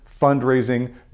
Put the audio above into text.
fundraising